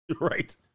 Right